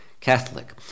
Catholic